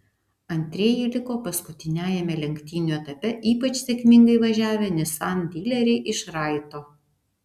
antrieji liko paskutiniajame lenktynių etape ypač sėkmingai važiavę nissan dileriai iš raito